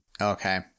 Okay